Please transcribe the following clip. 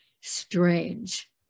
strange